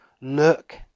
Look